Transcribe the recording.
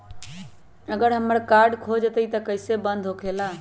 अगर हमर कार्ड खो जाई त इ कईसे बंद होकेला?